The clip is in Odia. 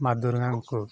ମା ଦୁର୍ଗାଙ୍କୁ